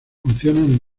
funcionan